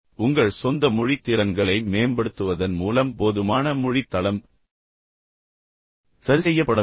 ஆனால் உங்கள் சொந்த மொழித் திறன்களை மேம்படுத்துவதன் மூலம் போதுமான மொழித் தளம் சரிசெய்யப்பட வேண்டும்